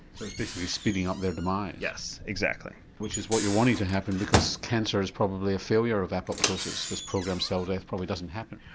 so basically speeding up their demise? yes, exactly. which is what you're wanting to happen, because cancer is probably a failure of apoptosis, this programmed cell death probably doesn't happen.